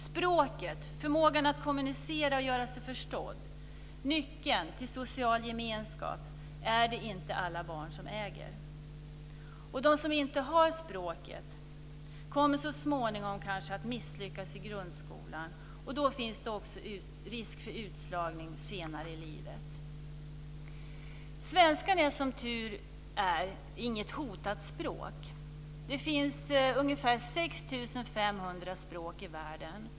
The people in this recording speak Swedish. Språket, förmågan att kommunicera och göra sig förstådd och nyckeln till social gemenskap är det inte alla barn som äger. De som inte har språket kommer så småningom kanske att misslyckas i grundskolan, och då finns det också risk för utslagning senare i livet. Svenskan är som tur är inget hotat språk. Det finns ungefär 6 500 språk i världen.